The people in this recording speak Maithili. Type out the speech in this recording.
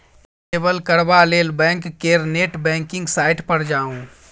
इनेबल करबा लेल बैंक केर नेट बैंकिंग साइट पर जाउ